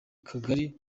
kagari